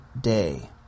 day